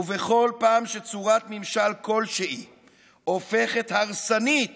ובכל פעם שצורת ממשל כלשהי הופכת הרסנית